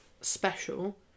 special